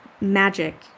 magic